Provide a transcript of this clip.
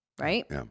right